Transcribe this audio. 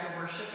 worship